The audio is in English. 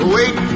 Wait